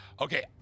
Okay